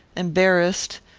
embarrassed,